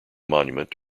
monument